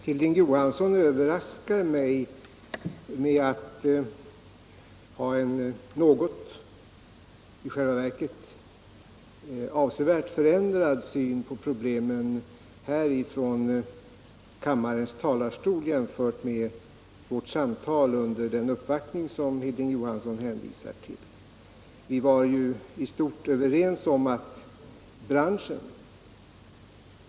Herr talman! Hilding Johansson överraskar mig genom att från kammarens talarstol ge till känna en avsevärt förändrad syn på problemen jämfört med den han hade vid vårt samtal under den uppvaktning han hänvisar till. Vi var då i stort överens om att branschen.